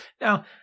Now